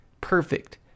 Perfect